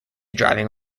driving